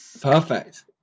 Perfect